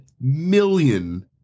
million